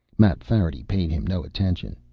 mapfarity paid him no attention.